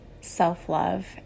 self-love